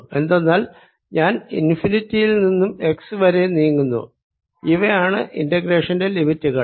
എന്തെന്നാൽ ഞാൻ ഇൻഫിനിറ്റി യിൽ നിന്നും x വരെ നീങ്ങുന്നു ഇവയാണ് ഇന്റഗ്രേഷന്റെ ലിമിറ്റുകൾ